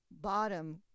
bottom